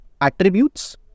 attributes